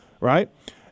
right